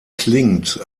klingt